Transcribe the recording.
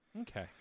Okay